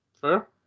Fair